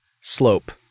slope